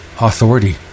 authority